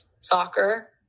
soccer